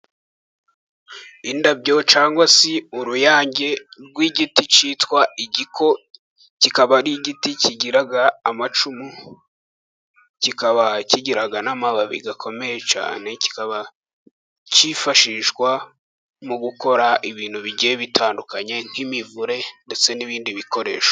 Indabyo cyangwa se uruyange rw'igiti cyitwa igiko, kikaba ari igiti kigira amacumu kikaba kigira n'amababi akomeye cyane, kikaba kifashishwa mu gukora ibintu bigiye bitandukanye, nk'imivure ndetse n'ibindi bikoresho.